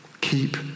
Keep